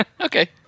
Okay